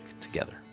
together